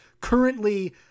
currently